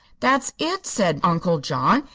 that's it! said uncle john.